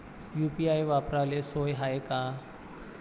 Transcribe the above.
UPI वापराले सोप हाय का?